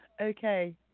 Okay